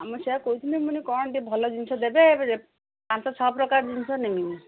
ଆମ ସେଆ କହୁଥିଲେ ମୁଁ କ'ଣ ଭଲ ଜିନିଷ ଦେବେ ଏବେ ପାଞ୍ଚ ଛଅ ପ୍ରକାର ଜିନିଷ ନେବି